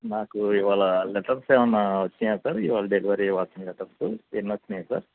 నాకు ఇవాళ లెటర్స్ ఏమైనా వచ్చాయా సార్ ఇవాళ డెలివరీ ఇవ్వాల్సిన లెటర్సు ఎన్ని వచ్చాయి సార్